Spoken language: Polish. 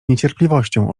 niecierpliwością